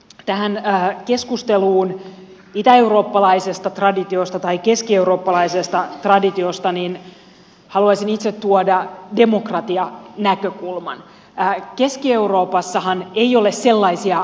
tähän keskusteluun itäeurooppalaisesta traditiosta tai keskieurooppalaisesta traditiosta haluaisin itse tuodaan demokratian näkökulman ja keski euroopassahan tuoda demokratianäkökulman